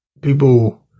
people